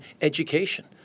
education